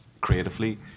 creatively